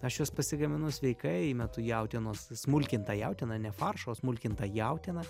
aš juos pasigaminu sveikai metu jautienos smulkintą jautieną ne faršą o smulkintą jautieną